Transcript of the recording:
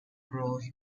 grove